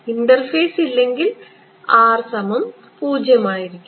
interface ഇല്ലെങ്കിൽ R 0 ആയിരിക്കും